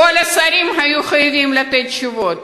כל השרים היו חייבים לתת תשובות.